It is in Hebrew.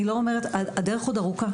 הדרך עוד ארוכה,